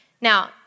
Now